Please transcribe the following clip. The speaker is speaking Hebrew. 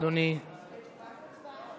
זה תשובה והצבעה.